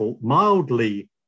mildly